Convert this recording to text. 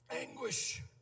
anguish